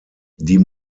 die